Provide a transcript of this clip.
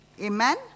Amen